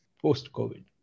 post-COVID